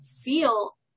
feel